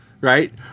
Right